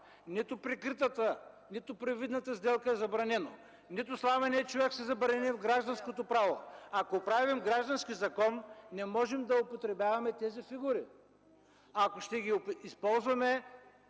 нито прикритата, нито привидната сделка е забранена, нито сламеният човек е забранен в гражданското право. Ако правим граждански закон, не можем да употребяваме тези фигури. Ако ще ги използваме,